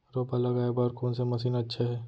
रोपा लगाय बर कोन से मशीन अच्छा हे?